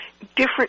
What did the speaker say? different